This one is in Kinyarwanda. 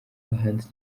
bahanzi